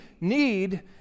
need